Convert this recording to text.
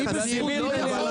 קרה?